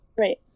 Right